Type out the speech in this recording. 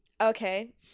Okay